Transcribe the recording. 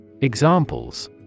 Examples